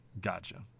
Gotcha